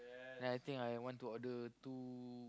then I think I want to order two